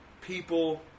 people